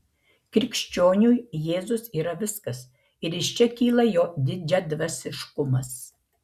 krikščioniui jėzus yra viskas ir iš čia kyla jo didžiadvasiškumas